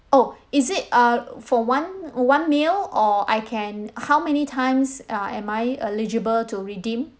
oh is it uh for one one meal or I can how many times uh am I eligible to redeem